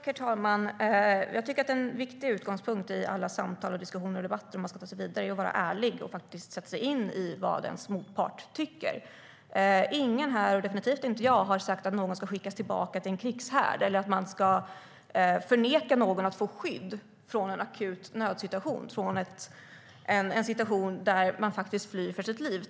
Herr talman! Jag tycker att en viktig utgångspunkt i alla samtal, diskussioner och debatter för att man ska kunna ta sig vidare är att vara ärlig och faktiskt sätta sig in i vad ens motpart tycker. Ingen här, och definitivt inte jag, har sagt att någon ska skickas tillbaka till en krigshärd eller att man ska förneka någon att få skydd i en akut nödsituation, en situation där man flyr för sitt liv.